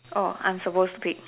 oh I'm supposed to pick